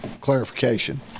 clarification